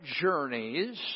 journeys